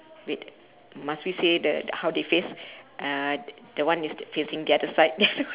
wait must we say the how they face uh the one is facing the other side